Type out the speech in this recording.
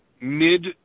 mid